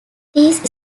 these